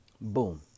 Boom